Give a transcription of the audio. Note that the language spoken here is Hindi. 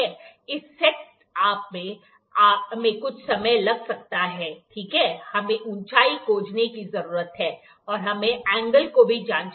इस सेट अप में कुछ समय लग सकता है ठीक है हमें ऊंचाई खोजने की जरूरत है और हमें एंगल को भी जांचना होगा